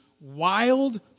wild